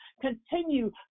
Continue